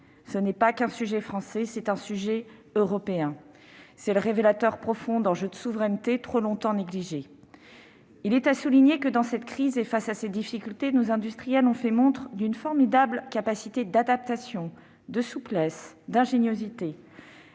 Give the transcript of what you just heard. n'est pas uniquement français ; il est européen. La crise est le révélateur profond d'enjeux de souveraineté trop longtemps négligés. Soulignons que dans cette crise, et face à ces difficultés, nos industriels ont fait montre d'une formidable capacité d'adaptation, de souplesse, d'ingéniosité.